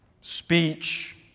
Speech